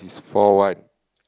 four one